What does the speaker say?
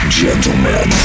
gentlemen